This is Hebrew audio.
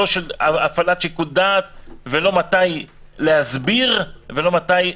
לא של הפעלת שיקול דעת ולא מתי להסביר ולא מתי לדבר.